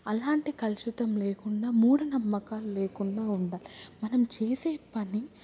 అలాంటి కలుషితం లేకుండా మూఢనమ్మకాలు లేకుండా ఉండాలి మనం చేసే పని